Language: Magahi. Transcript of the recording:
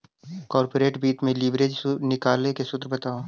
कॉर्पोरेट वित्त में लिवरेज निकाले के सूत्र बताओ